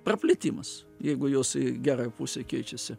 praplėtimas jeigu jos į gerąją pusę keičiasi